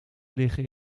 liggen